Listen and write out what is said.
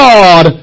God